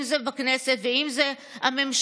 אם זה בכנסת ואם זה בממשלה.